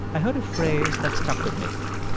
i heard a phrase that stuck with me.